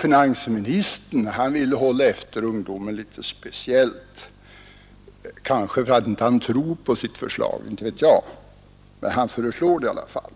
Finansministern ville hålla efter ungdomen litet speciellt — kanske för att inte han tror på sitt förslag, inte vet jag — men han föreslår det i alla fall.